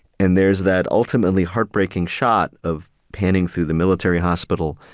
and there's that ultimately heartbreaking shot of panning through the military hospital,